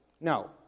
No